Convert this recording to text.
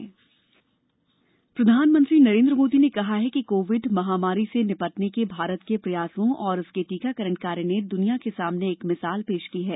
मन की बात प्रधानमंत्री नरेन्द्र मोदी ने कहा है कि कोविड महामारी से निपटने के भारत के प्रयासों और उसके टीकाकरण कार्यक्रम ने द्वनिया के सामने एक मिसाल पेश की है